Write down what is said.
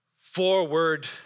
forward